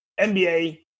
NBA